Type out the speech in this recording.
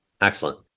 Excellent